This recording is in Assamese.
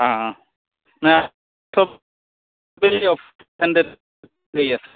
অঁ